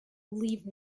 leave